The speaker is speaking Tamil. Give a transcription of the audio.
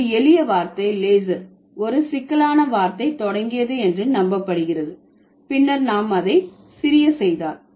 அது எளிய வார்த்தை லேசர் ஒரு சிக்கலான வார்த்தை தொடங்கியது என்று நம்பப்படுகிறது பின்னர் நாம் அதை சிறிய செய்தார்